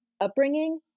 upbringing